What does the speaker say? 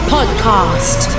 Podcast